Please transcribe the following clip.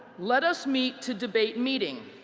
let us meet to debate meeting.